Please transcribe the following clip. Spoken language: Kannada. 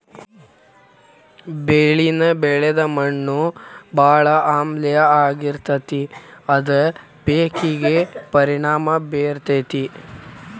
ಬೆಳಿನ ಬೆಳದ ಮಣ್ಣು ಬಾಳ ಆಮ್ಲೇಯ ಆಗಿರತತಿ ಅದ ಪೇಕಿಗೆ ಪರಿಣಾಮಾ ಬೇರತತಿ